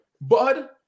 Bud